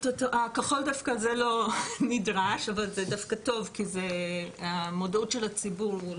הכחול דווקא לא נדרש אבל זה טוב בגלל המודעות של הציבור.